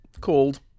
called